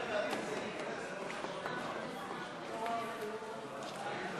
חוק השיפוט הצבאי (תיקון מס' 67), התשע"ה 2014,